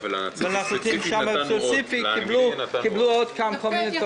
ואנחנו יודעם ששם ספציפית קיבלו עוד כמה תוכניות .